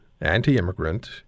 anti-immigrant